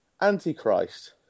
Antichrist